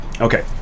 Okay